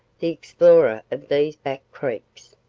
the explorer of these back creeks.